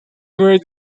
were